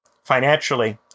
financially